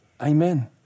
Amen